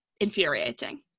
infuriating